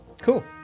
Cool